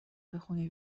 بخونی